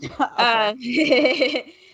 Okay